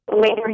later